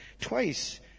twice